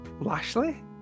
Lashley